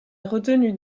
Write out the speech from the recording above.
retenue